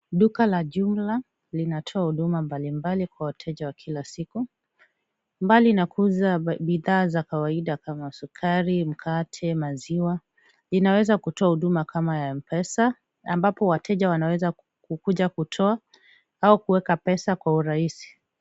Duka la jumla linatoa huduma mbalimbali kwa wateja wa kila siku. Mbali na kuuza bidhaa za kawaida kama sukari, mkate, maziwa, inaweza kutoa huduma kama ya M-Pesa ambapo wateja wanaweza kukuja kutoa au kuweka pesa kwa urahisi.